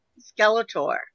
Skeletor